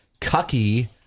Cucky